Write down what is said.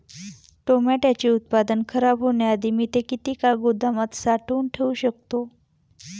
टोमॅटोचे उत्पादन खराब होण्याआधी मी ते किती काळ गोदामात साठवून ठेऊ शकतो?